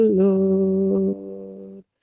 lord